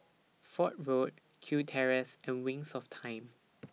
Fort Road Kew Terrace and Wings of Time